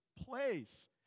place